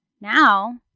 Now